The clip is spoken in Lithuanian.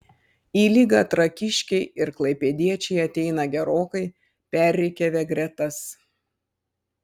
į lygą trakiškiai ir klaipėdiečiai ateina gerokai perrikiavę gretas